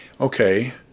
Okay